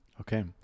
Okay